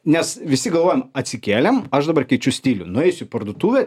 nes visi galvojam atsikėlėm aš dabar keičiu stilių nueisiu į parduotuvę